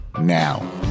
now